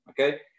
okay